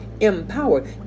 empowered